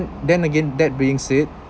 then again that being said